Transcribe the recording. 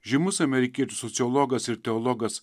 žymus amerikiečių sociologas ir teologas